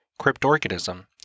cryptorganism